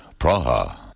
Praha